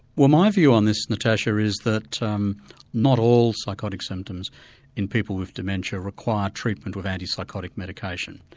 well my view on this, natasha, is that um not all psychotic symptoms in people with dementia require treatment with antipsychotic medication.